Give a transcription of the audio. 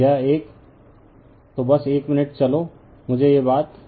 तो यह एक तो बस 1 मिनट चलो मुझे यह बात